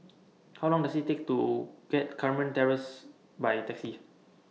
How Long Does IT Take to get Carmen Terrace By Taxi